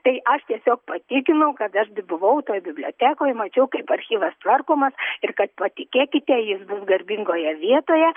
tai aš tiesiog patikinau kad aš buvau toj bibliotekoj mačiau kaip archyvas tvarkomas ir kad patikėkite jis bus garbingoje vietoje